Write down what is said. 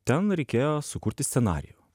ten reikėjo sukurti scenarijų